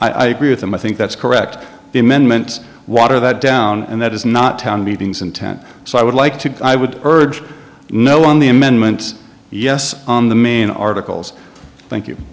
issued i agree with them i think that's correct the amendment water that down and that is not town meetings intent so i would like to i would urge no on the amendment yes on the main articles thank